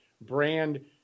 Brand